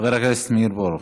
חבר הכנסת מאיר פרוש.